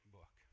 book